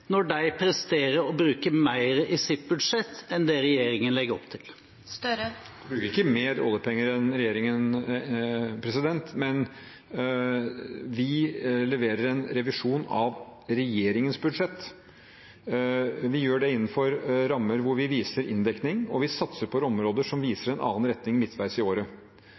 når de presterer å bruke mer i sitt budsjett enn det regjeringen legger opp til. Vi bruker ikke mer oljepenger enn regjeringen, men vi leverer en revisjon av regjeringens budsjett. Vi gjør det innenfor rammer der vi viser inndekning, og vi satser på områder som viser en annen retning midtveis i året.